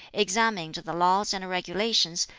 examined the laws and regulations,